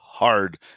hard